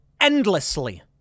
endlessly